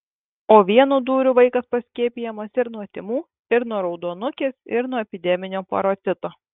o vienu dūriu vaikas paskiepijamas ir nuo tymų ir nuo raudonukės ir nuo epideminio parotito